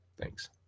Thanks